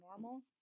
normal